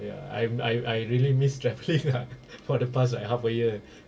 ya I I I really miss travelling lah for the past like half a year